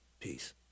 Peace